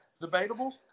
debatable